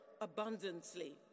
abundantly